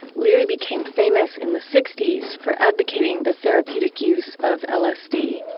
leary became famous in the sixty s for advocating the therapeutic use of lsd.